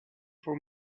for